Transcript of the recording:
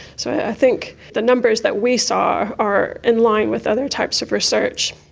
so i think the numbers that we saw are in line with other types of research.